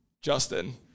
Justin